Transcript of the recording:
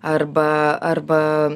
arba arba